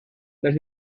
les